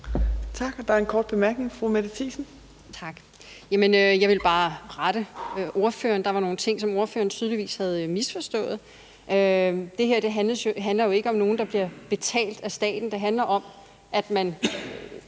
Tak. Der er en kort bemærkning. Fru Mette Thiesen. Kl. 15:29 Mette Thiesen (NB): Tak. Jeg vil bare rette ordføreren, for der var nogle ting, som ordføreren tydeligvis havde misforstået. Det her handler jo ikke om, at der er nogle, der bliver betalt af staten; det handler om, at man